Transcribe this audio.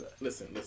listen